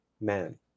man